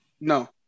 No